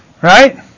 Right